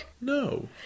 No